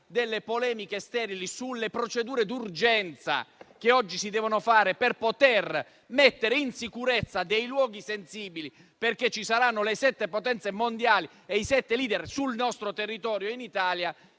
- polemiche sulle procedure d'urgenza che oggi si devono attuare per poter mettere in sicurezza i luoghi sensibili, perché ci saranno le sette potenze mondiali e i sette *leader* sul nostro territorio in Italia